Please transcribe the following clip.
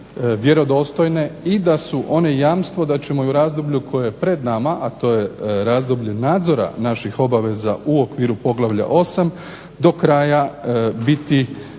i da su one jamstvo da ćemo i u razdoblju koje je pred nama, a to je razdoblje nadzora naših obaveza u okviru poglavlja 8. do kraja biti